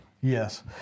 Yes